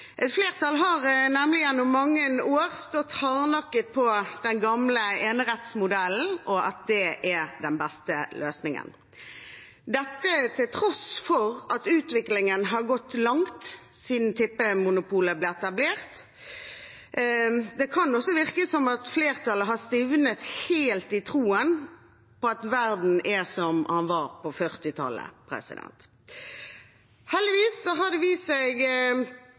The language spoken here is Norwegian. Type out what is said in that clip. Et flertall har nemlig gjennom mange år stått hardnakket på den gamle enerettsmodellen og at det er den beste løsningen, dette til tross for at utviklingen har gått langt siden tippemonopolet ble etablert. Det kan også virke som at flertallet har stivnet helt i troen på at verden er som den var på 1940-tallet. Heldigvis har det vist seg